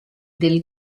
del